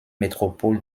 métropole